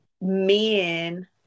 men